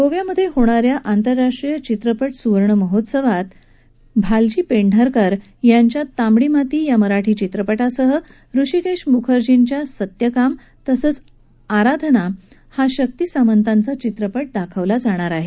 गोव्यामधे होणा या आंतरराष्ट्रीय चित्रपट सुवर्ण महोत्सवात भालजी पेंढारकरयांच्या तांबडी माती या चित्रपटासह हृषिकेश मुखर्जींच्या सत्यकाम तसंच आराधना हा शक्ति सामंतांचा चित्रपट दाखवला जाणार आहे